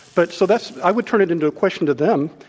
but so that's i would turn it into a question to them,